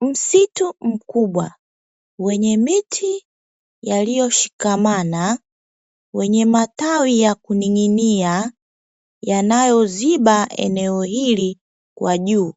Msitu mkubwa, wenye miti yaliyoshikamana, wenye matawi ya kuning'inia yanayoziba eneo hili kwa juu